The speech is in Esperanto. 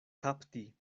kapti